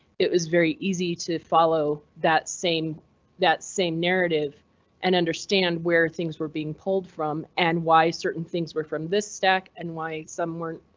it was very easy to follow that. same that same narrative and understand where things were being pulled from, and why certain things were from this stack and why some weren't.